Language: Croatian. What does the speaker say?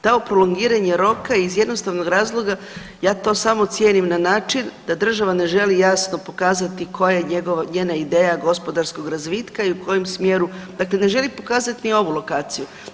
To prolongiranje roka iz jednostavnog razloga ja to samo cijenim na način da država ne želi jasno pokazati koja je njena ideja gospodarskog razvitka i u kojem smjeru, dakle ne želi pokazati ni ovu lokaciju.